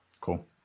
Cool